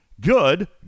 good